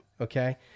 Okay